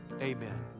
Amen